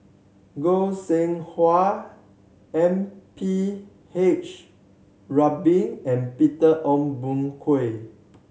Goi Seng Hui M P H Rubin and Peter Ong Boon Kwee